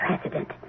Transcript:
president